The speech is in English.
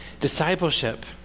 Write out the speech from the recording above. Discipleship